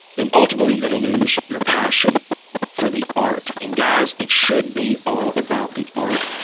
and ultimately gonna lose your passion for the art and guys, it should be all about the art.